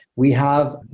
we have,